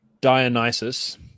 Dionysus